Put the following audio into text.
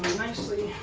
nicely.